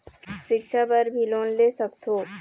सिक्छा बर भी लोन ले सकथों?